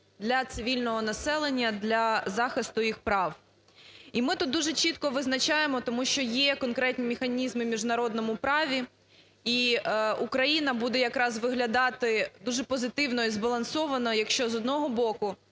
для цивільного населення, для захисту їх прав. І ми тут дуже чітко визначаємо, тому що є конкретні механізми в міжнародному праві і Україна буде якраз виглядати дуже позитивно і збалансовано, якщо, з одного боку,